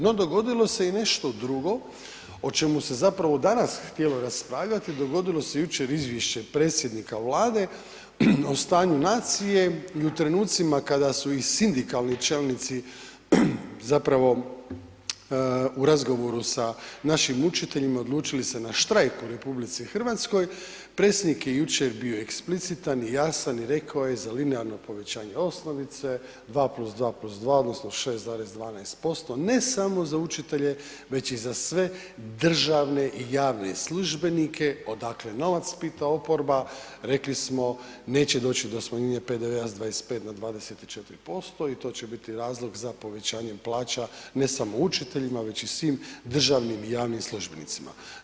No dogodilo se i nešto drugo o čemu se zapravo danas htjelo raspravljati, dogodilo se jučer izvješće predsjednika Vlade o stanju nacije i u trenucima kada su i sindikalni čelnici zapravo u razgovoru sa našim učiteljima odlučili se na štrajk u RH, predsjednik je jučer bio eksplicitan i jasan i rekao je za linearno povećanje osnovice 2+2+2 odnosno 6,12% ne samo za učitelje već i za sve državne i javne službenike, odakle novac, pita oporbi, rekli smo neće doći do smanjenja PDV-a sa 25 na 24% i to će biti razlog za povećanje plaće ne samo učiteljima već i svim državnim i javnim službenicima.